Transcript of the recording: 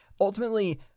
ultimately